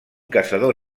caçador